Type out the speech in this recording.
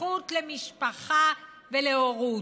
הזכות למשפחה ולהורות.